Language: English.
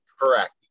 Correct